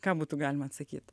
ką būtų galima atsakyt